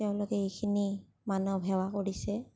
তেওঁলোকে এইখিনি মানৱ সেৱা কৰিছে